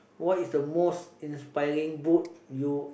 what is the most inspiring book you